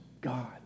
God